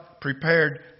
prepared